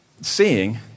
seeing